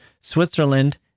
Switzerland